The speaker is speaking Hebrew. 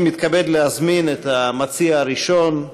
אני מתכבד להזמין את המציע הראשון,